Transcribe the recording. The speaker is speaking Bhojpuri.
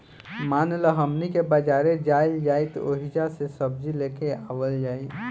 मान ल हमनी के बजारे जाइल जाइत ओहिजा से सब्जी लेके आवल जाई